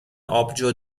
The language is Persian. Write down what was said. آبجو